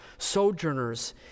sojourners